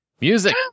Music